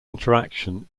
interaction